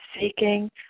seeking